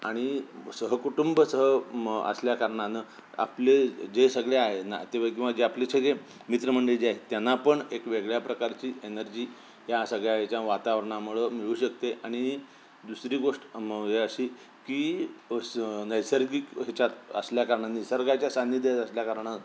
आणि सहकुटुंब सह असल्याकारणानं आपले जे सगळे आहे नातेवाईक किंवा जे आपले सगळे मित्रमंडळी जे आहेत त्यांना पण एक वेगळ्या प्रकारची एनर्जी या सगळ्या याच्या वातावरणामुळं मिळू शकते आणि दुसरी गोष्ट हे अशी की स नैसर्गिक ह्याच्यात असल्याकारणानं निसर्गाच्या सान्निध्यात असल्याकारणानं